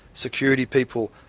security people,